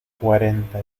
cuarenta